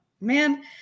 Man